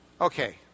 Okay